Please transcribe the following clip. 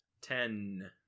Ten